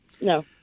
No